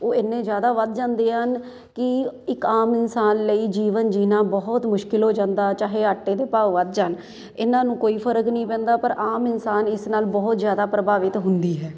ਉਹ ਇੰਨੇ ਜ਼ਿਆਦਾ ਵੱਧ ਜਾਂਦੇ ਹਨ ਕਿ ਇੱਕ ਆਮ ਇਨਸਾਨ ਲਈ ਜੀਵਨ ਜੀਣਾ ਬਹੁਤ ਮੁਸ਼ਕਿਲ ਹੋ ਜਾਂਦਾ ਚਾਹੇ ਆਟੇ ਦੇ ਭਾਅ ਵੱਧ ਜਾਣ ਇਹਨਾਂ ਨੂੰ ਕੋਈ ਫਰਕ ਨਹੀਂ ਪੈਂਦਾ ਪਰ ਆਮ ਇਨਸਾਨ ਇਸ ਨਾਲ ਬਹੁਤ ਜ਼ਿਆਦਾ ਪ੍ਰਭਾਵਿਤ ਹੁੰਦੀ ਹੈ